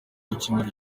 w’icyumweru